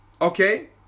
Okay